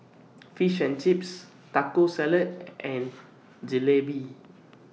Fish and Chips Taco Salad and Jalebi